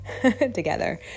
together